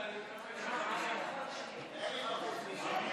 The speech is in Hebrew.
יופי.